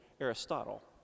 Aristotle